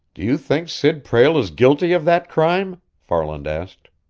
do you think sid prale is guilty of that crime? farland asked.